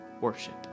Worship